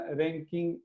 ranking